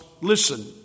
listen